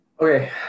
Okay